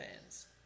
fans